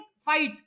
fight